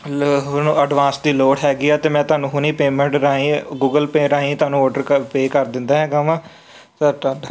ਲ ਹੁਣ ਐਡਵਾਂਸ ਦੀ ਲੋੜ ਹੈਗੀ ਆ ਤਾਂ ਮੈਂ ਤੁਹਾਨੂੰ ਹੁਣ ਪੇਮੈਂਟ ਰਾਹੀਂ ਗੂਗਲ ਪੇਅ ਰਾਹੀਂ ਤੁਹਾਨੂੰ ਔਡਰ ਕ ਪੇਅ ਕਰ ਦਿੰਦਾ ਹੈਗਾ ਵਾ